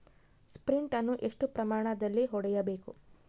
Sprint ಅನ್ನು ಎಷ್ಟು ಪ್ರಮಾಣದಲ್ಲಿ ಹೊಡೆಯಬೇಕು?